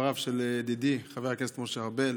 לדבריו של ידידי חבר הכנסת משה ארבל